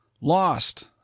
lost